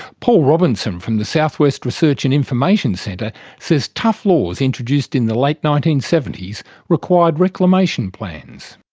paul robinson from the south west research and information centre says tough laws introduced in the late nineteen seventy s required reclamation plans.